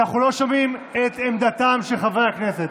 אנחנו לא שומעים את עמדתם של חברי הכנסת.